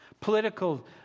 political